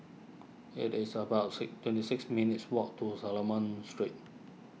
it is about sic twenty six minutes' walk to Solomon Street